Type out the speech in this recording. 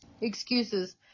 Excuses